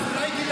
תקשיב,